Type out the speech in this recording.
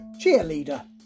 cheerleader